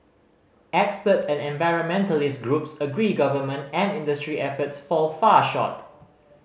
experts and environmentalist groups agree government and industry efforts fall far short